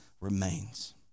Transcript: remains